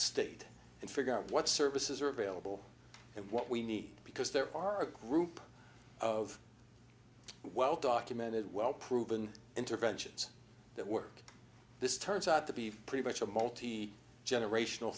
state and figure out what services are available and what we need because there are a group of well documented well proven interventions that work this turns out to be pretty much a multi generational